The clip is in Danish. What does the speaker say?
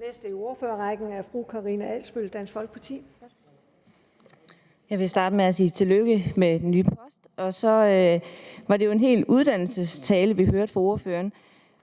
Dansk Folkeparti. Kl. 13:32 Karina Adsbøl (DF): Jeg vil starte med at sige tillykke med den nye post. Det var jo en helt uddannelsestale, vi hørte fra ordføreren,